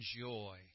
joy